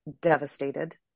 devastated